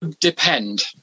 depend